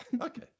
Okay